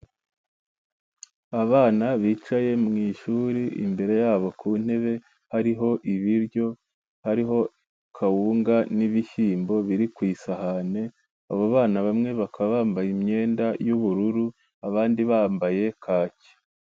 Abana bicaye mu ishuri, imbere yabo ku ntebe hariho ibiryo, hariho kawunga n'ibishyimbo biri ku isahane, abo bana bamwe bakaba bambaye imyenda y'ubururu, abandi bambaye kaki.